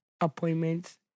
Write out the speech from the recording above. appointments